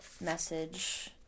message